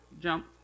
jump